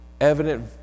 evident